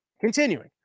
Continuing